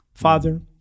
Father